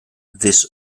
this